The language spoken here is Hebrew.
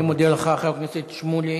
אני מודה לך, חבר הכנסת שמולי.